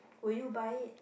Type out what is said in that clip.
will you buy it